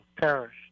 perished